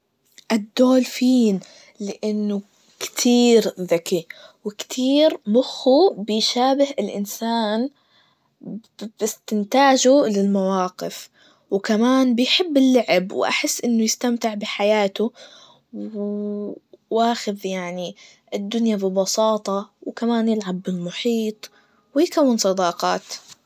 الدولفين, لأنه كتير ذكي, وكتير مخه بيشابه الإنسان, وبب- باستنتاجه للمواقف, وكمان بيحب اللعب, واحس إنه يستمتع بحياته, وآخذ يعني الدنيا ببساطة, وكمان يلعب بالمحيط, ويكون صداقات.